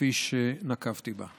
כפי שנקבתי בה.